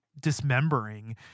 dismembering